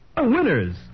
winners